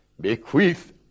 Bequeath